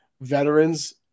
veterans